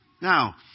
Now